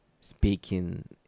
speaking